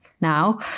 now